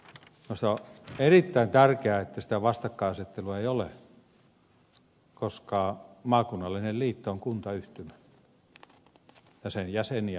minusta on erittäin tärkeää että sitä vastakkainasettelua ei ole koska maakunnallinen liitto on kuntayhtymä ja sen jäseniä ovat kunnat